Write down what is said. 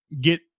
get